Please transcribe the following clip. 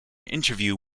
interview